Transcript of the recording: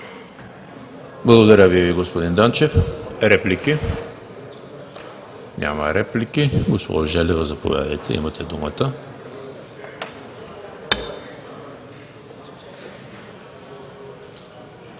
Благодаря Ви, господин Данчев. Реплики? Няма. Госпожо Желева, заповядайте – имате думата.